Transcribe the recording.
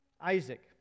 Isaac